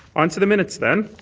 on to the minutes then.